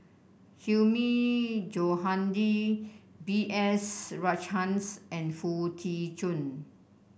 Hilmi Johandi B S Rajhans and Foo Tee Jun